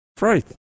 Right